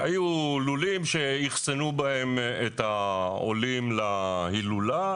היו לולים שאחסנו בהם את העולים להילולה.